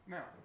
Now